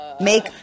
Make